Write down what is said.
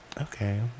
Okay